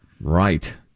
Right